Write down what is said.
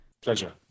Pleasure